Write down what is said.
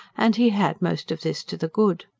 and he had most of this to the good.